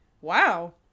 Wow